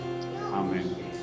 Amen